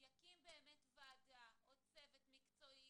יקים ועדה או צוות מקצועי,